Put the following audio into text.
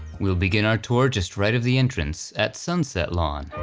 we'll begin our tour just right of the entrance at sunset lawn.